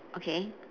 okay